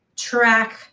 track